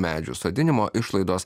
medžių sodinimo išlaidos